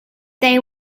they